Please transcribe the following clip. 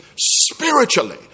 spiritually